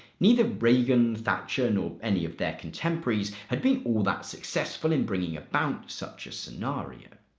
neither reagan, thatcher and or any of their contemporaries had been all that successful in bringing about such a scenario.